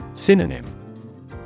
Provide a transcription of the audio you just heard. Synonym